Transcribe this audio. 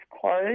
closed